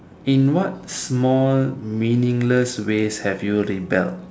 in what small meaningless ways have you rebelled